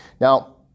Now